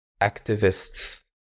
activists